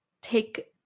take